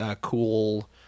cool